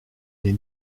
les